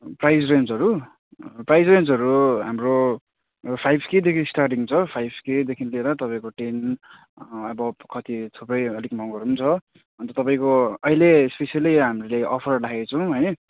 price रेन्जहरू price रेन्जहरू हाम्रो फाइभ केदेखि स्टार्टिङ छ फाइभ केदेखि लिएर तपाईँको टेन एबभ कति थुप्रै अलिक महँगोहरू पनि छ अनि तपाईँको अहिले स्पेसल्ली हामीले अफर राखेको छौँ है